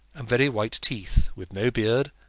and very white teeth, with no beard,